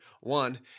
One